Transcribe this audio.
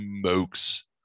smokes